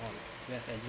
on do you have any